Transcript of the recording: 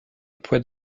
près